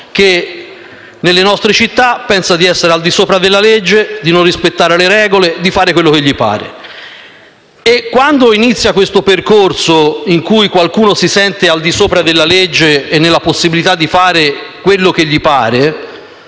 che, nelle nostre città, pensa di essere al di sopra della legge, di non rispettare le regole e di fare quello che gli pare. E, quando inizia questo percorso, in cui qualcuno si sente al di sopra della legge e nella possibilità di fare quello che gli pare